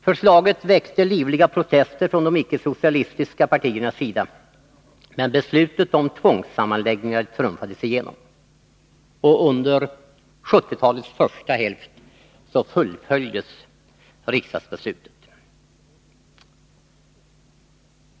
Förslaget väckte livliga protester från de icke-socialistiska partiernas sida, men beslutet om tvångssammanläggningar trumfades igenom. Och under 1970-talets första hälft fullföljdes riksdagsbeslutet.